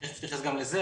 תיכף אני אתייחס גם לזה.